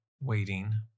waiting